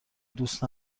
دوست